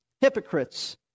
hypocrites